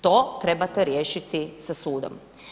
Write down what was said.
To trebate riješiti sa sudom.